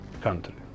country